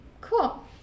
cool